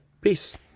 Peace